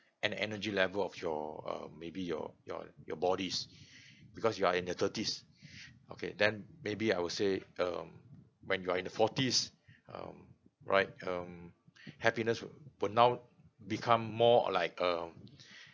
and energy level of your um maybe your your your bodies because you are in the thirties okay then maybe I would say um when you're in the forties um right um happiness will now become more like um